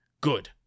good